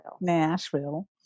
Nashville